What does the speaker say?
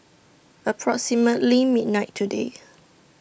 approximately midnight today